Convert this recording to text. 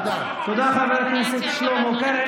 תודה, חבר הכנסת שלמה קרעי.